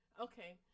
Okay